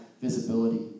visibility